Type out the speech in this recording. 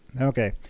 Okay